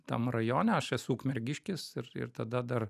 tam rajone aš esu ukmergiškis ir ir tada dar